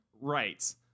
Right